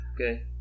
Okay